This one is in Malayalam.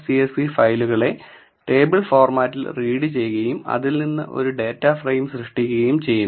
csv ഫയലുകളെ ടേബിൾ ഫോർമാറ്റിൽ റീഡ് ചെയ്യുകയും അതിൽ നിന്ന് ഒരു ഡാറ്റ ഫ്രെയിം സൃഷ്ടിക്കുകയും ചെയ്യുന്നു